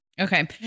Okay